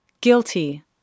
guilty